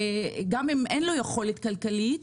גם אם אין לו יכולת כלכלית,